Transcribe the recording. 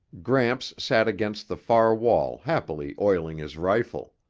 gramps sat against the far wall happily oiling his rifle.